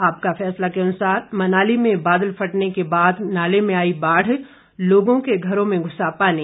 आपका फैसला के अनुसार मनाली में बादल फटने के बाद नाले में आई बाढ़ लोगों के घरों में घुसा पानी